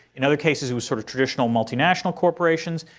in other cases, it was sort of traditional multinational corporations.